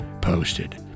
posted